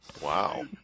wow